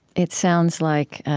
it sounds like,